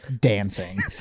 dancing